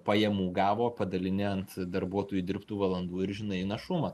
pajamų gavo padalini ant darbuotojų dirbtų valandų ir žinai našumą